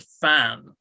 fan